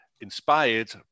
inspired